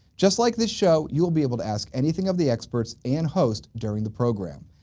just like this show, you will be able to ask anything of the experts and host during the program.